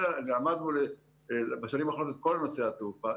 למדנו בשנים האחרונות את כל נושא התעופה.